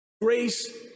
grace